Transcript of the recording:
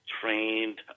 trained